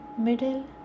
middle